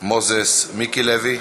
מוזס, מיקי לוי,